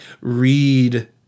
read